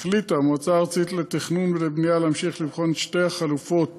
החליטה המועצה הארצית לתכנון ובנייה להמשיך לבחון את שתי החלופות